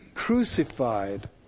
crucified